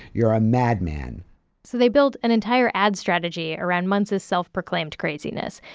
you're a madman so they built an entire ad strategy around muntz's self-proclaimed craziness.